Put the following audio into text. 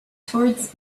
towards